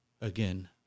again